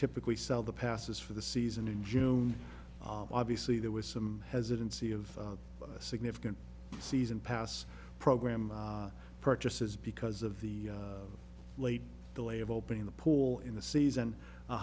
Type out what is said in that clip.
typically sell the passes for the season in june obviously there was some hesitancy of significant season pass program purchases because of the late delay of opening the pool in the season